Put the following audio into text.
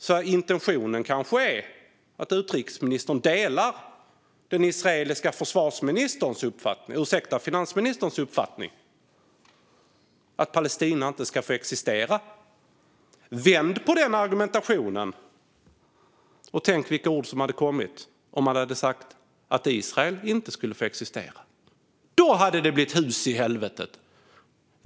Utrikesministern kanske delar den israeliska finansministerns uppfattning att Palestina inte ska få existera. Vänd på den argumentationen och tänk vilka ord som hade kommit om man hade sagt att det var Israel som inte skulle få existera! Då hade det tagit hus i helvete!